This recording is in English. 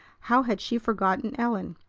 how had she forgotten ellen?